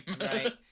Right